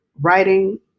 Writing